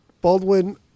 Baldwin